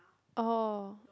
oh